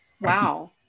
Wow